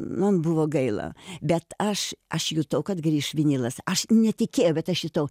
num buvo gaila bet aš aš jutau kad grįš vinilas aš netikėjau bet aš jutau